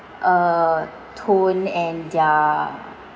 uh tone and their